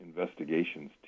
investigations